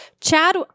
Chad